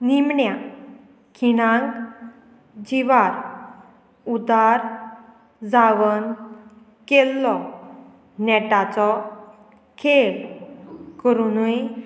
निमण्या खिणांक जिवार उदार जावन केल्लो नेटाचो खेळ करुनूय